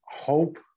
Hope